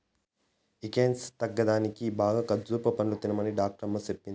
weakness తగ్గేదానికి బాగా ఖజ్జూర పండ్లు తినమనే డాక్టరమ్మ చెప్పింది